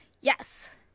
Yes